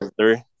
three